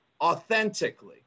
authentically